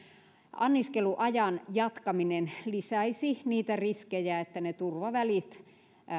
anniskeluajan jatkaminen lisäisi niitä riskejä että ne turvavälit